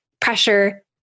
pressure